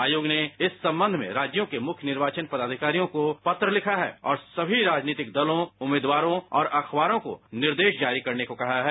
आयोग ने इस सम्बन्ध में राज्यों के मुख्य निर्वाचन पदाधिकारियों को पत्र लिखा है और सभी राजनीतिक दलों उम्मीदवारों और अखबारों को निर्देश जारी करने को कहा है